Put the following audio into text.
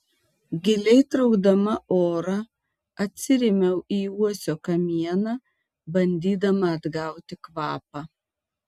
giliai traukdama orą atsirėmiau į uosio kamieną bandydama atgauti kvapą